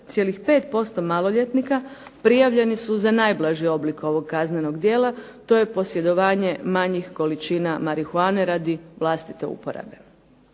čak 77,5% maloljetnika prijavljeni su za najblaži oblik ovog kaznenog djela, to je posjedovanje malih količina marihuane radi vlastite uporabe.